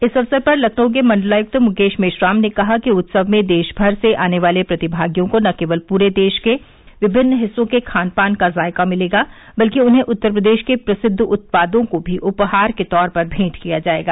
इस अवसर पर लखनऊ के मण्डलायुक्त मुकेश मेश्राम ने कहा कि उत्सव में देशभर से आने वाले प्रतिभागियों को न केवल पूरे देश के विभिन्न हिस्सों के खान पान का जायका मिलेगा बल्कि उन्हें उत्तर प्रदेश के प्रसिद्व उत्पादों को भी उपहार के तौर पर भेंट किया जायेगा